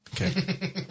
Okay